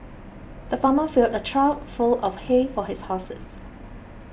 the farmer filled a trough full of hay for his horses